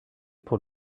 pour